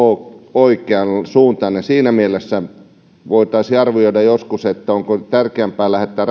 oikeansuuntainen siinä mielessä voitaisiin joskus arvioida onko tärkeämpää lähettää